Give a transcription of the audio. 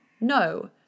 No